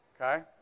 okay